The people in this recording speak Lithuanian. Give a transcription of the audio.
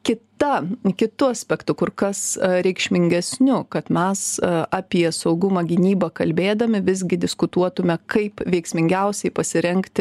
kita kitu aspektu kur kas reikšmingesniu kad mes apie saugumą gynybą kalbėdami visgi diskutuotume kaip veiksmingiausiai pasirengti